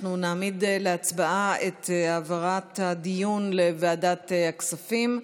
אנחנו נעמיד להצבעה את העברת הדיון לוועדת הכספים.